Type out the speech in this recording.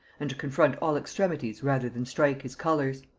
and to confront all extremities rather than strike his colors.